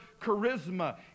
charisma